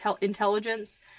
intelligence